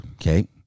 okay